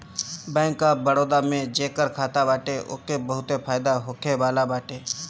bank of Baroda में जेकर खाता बाटे ओके बहुते फायदा होखेवाला बाटे